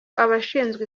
abashinzwe